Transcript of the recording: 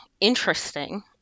interesting